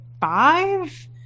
five